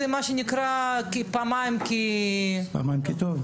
זה מה שנקרא פעמיים כי טוב.